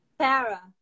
Sarah